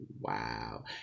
wow